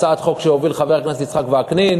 הצעת חוק שהוביל חבר הכנסת יצחק וקנין.